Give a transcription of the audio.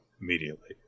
immediately